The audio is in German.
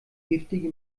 giftige